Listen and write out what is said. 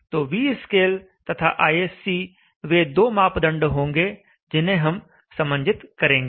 तो vscale तथा ISC वे दो मापदंड होंगे जिन्हें हम समंजित करेंगे